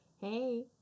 Hey